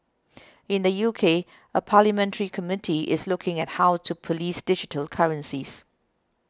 in the U K a parliamentary committee is looking at how to police digital currencies